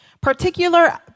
particular